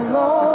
Lord